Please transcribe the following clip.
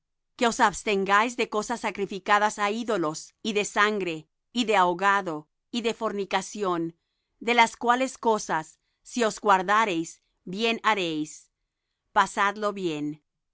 que os abstengáis de cosas sacrificadas á ídolos y de sangre y de ahogado y de fornicación de las cuales cosas si os guardareis bien haréis pasadlo bien